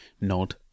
Nod